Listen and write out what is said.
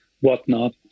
whatnot